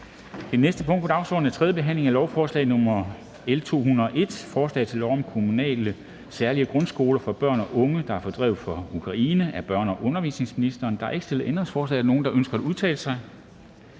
Det næste punkt på dagsordenen er: 3) 3. behandling af lovforslag nr. L 201: Forslag til lov om kommunale særlige grundskoler for børn og unge, der er fordrevet fra Ukraine. Af børne- og undervisningsministeren (Pernille Rosenkrantz-Theil). (Fremsættelse